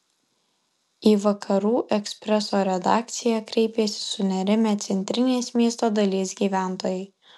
į vakarų ekspreso redakciją kreipėsi sunerimę centrinės miesto dalies gyventojai